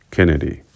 Kennedy